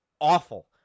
awful